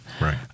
Right